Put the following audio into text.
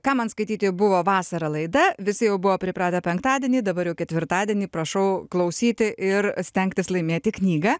ką man skaityti buvo vasarą laida visi jau buvo pripratę penktadienį dabar jau ketvirtadienį prašau klausyti ir stengtis laimėti knygą